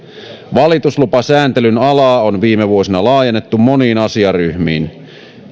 valituslupasääntelyn alaa on viime vuosina laajennettu moniin asiaryhmiin